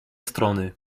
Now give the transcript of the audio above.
strony